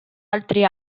altri